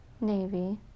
Navy